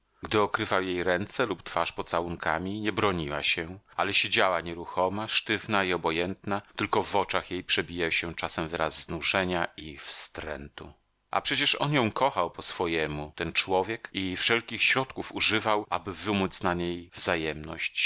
gdy okrywał jej ręce lub twarz pocałunkami nie broniła się ale siedziała nieruchoma sztywna i obojętna tylko w oczach jej przebijał się czasem wyraz znużenia i wstrętu a przecież on ją kochał po swojemu ten człowiek i wszelkich środków używał aby wymóc na niej wzajemność